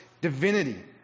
divinity